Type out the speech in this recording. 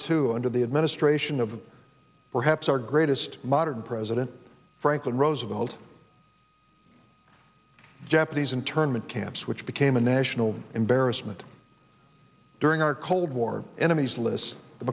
two under the administration of perhaps our greatest modern president franklin roosevelt japanese internment camps which became a national embarrassment during our cold war enemies